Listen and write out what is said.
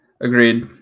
Agreed